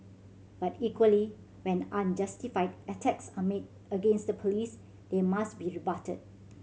but equally when unjustified attacks are made against the Police they must be rebutted